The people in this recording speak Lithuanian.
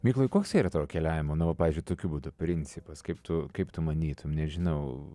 mykolai koks yra tavo keliavimo na va pavyzdžiui tokiu būdu principas kaip tu kaip tu manytum nežinau